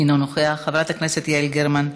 אינו נוכח, חברת הכנסת יעל גרמן,